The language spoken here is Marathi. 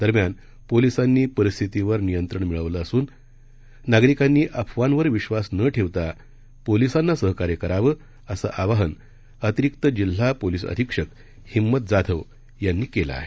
दरम्यान पोलिसांनी परिस्थितीवर नियंत्रण मिळवलं असून नागरिकांनी अफवा विधास न ठेवता पोलिसांना सहकार्य करावं असं आवाहन अतिरिक्त जिल्हा पोलीस अधीक्षक हिंमत जाधव यांनी केलं आहे